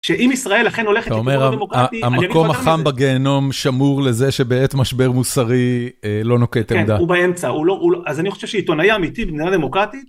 שאם ישראל אכן הולכת לכיוון הדמוקרטי, המקום החם בגיהנום שמור לזה שבעת משבר מוסרי לא נוקט עמדה. כן, הוא באמצע, אז אני חושב שעיתונאי אמיתי במדינה דמוקרטית...